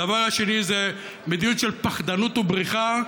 הדבר השני זה מדיניות של פחדנות ובריחה.